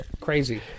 crazy